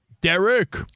Derek